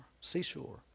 seashore